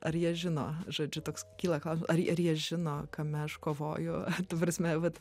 ar jie žino žodžiu toks kyla klausimų ar jie žino kame aš kovoju ta prasme vat